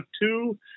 two